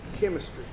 Chemistry